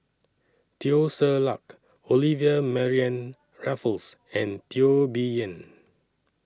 Teo Ser Luck Olivia Mariamne Raffles and Teo Bee Yen